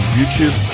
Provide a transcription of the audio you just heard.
YouTube